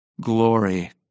glory